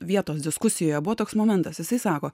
vietos diskusijoje buvo toks momentas jisai sako